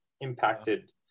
impacted